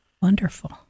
Wonderful